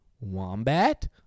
Wombat